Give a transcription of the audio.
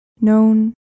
known